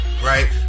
Right